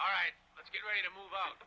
all right let's get ready to move